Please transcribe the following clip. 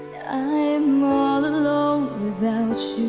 am all and alone without